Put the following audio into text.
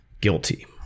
guilty